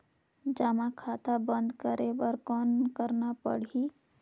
जमा खाता बंद करे बर कौन करना पड़ही?